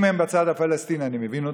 אם הם בצד הפלסטיני אני מבין אותם,